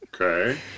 Okay